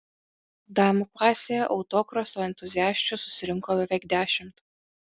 damų klasėje autokroso entuziasčių susirinko beveik dešimt